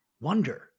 wonder